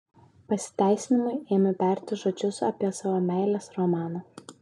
pasiteisinimui ėmė berti žodžius apie savo meilės romaną